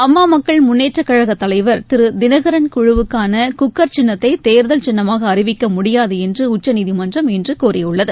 அம்மாமக்கள் முன்னேற்றக் கழகத் தைவர் திருதினகரன் குழுவுக்கானபிரஷர் குக்கர் சின்னத்தைதேர்தல் சின்னமாகஅறிவிக்கமுடியாதுஎன்றுஉச்சநீதிமன்றம் இன்றுகூறியுள்ளது